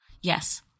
Yes